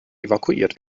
evakuiert